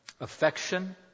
affection